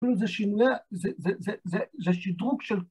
‫כאילו זה שינוי, זה שדרוג של...